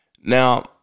Now